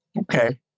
Okay